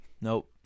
Nope